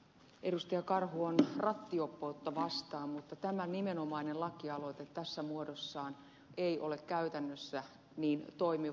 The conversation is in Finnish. karhu on rattijuoppoutta vastaan mutta tämä nimenomainen lakialoite tässä muodossaan ei ole käytännössä toimiva